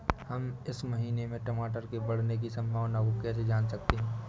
हम इस महीने में टमाटर के बढ़ने की संभावना को कैसे जान सकते हैं?